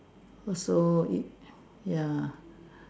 also it ya